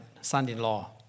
son-in-law